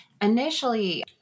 initially